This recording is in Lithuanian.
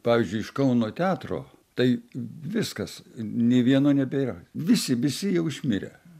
pavyzdžiui iš kauno teatro tai viskas nei vieno nebėra visi visi jau išmirę